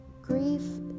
grief